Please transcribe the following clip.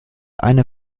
eine